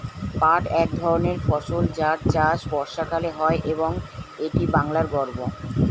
পাট এক ধরনের ফসল যার চাষ বর্ষাকালে হয় এবং এটি বাংলার গর্ব